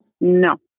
No